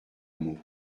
meaux